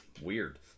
Weird